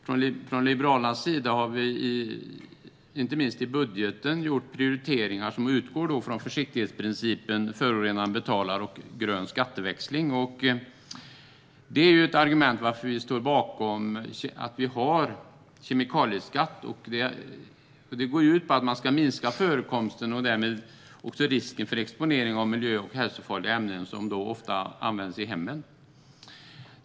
Från Liberalernas sida har vi, inte minst i budgeten, gjort prioriteringar som utgår från försiktighetsprincipen, principen att förorenaren betalar och grön skatteväxling. Det är argumentet som gör att vi står bakom en kemikalieskatt. Det går ut på att man ska minska förekomsten av och därmed risken för exponering för miljö och hälsofarliga ämnen, som ofta används i hemmen.